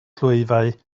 clwyfau